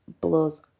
blows